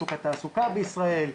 שוק התעסוקה בישראל,